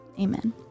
amen